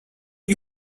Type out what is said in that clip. you